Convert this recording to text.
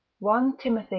one tim.